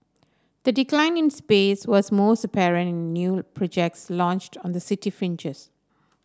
the decline in space was most apparent in new projects launched on the city fringes